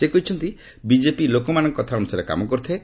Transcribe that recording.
ସେ କହିଛନ୍ତି ବିଜେପି ଲୋକମାନଙ୍କ କଥା ଅନୁସାରେ କାମ କରିଥାଏ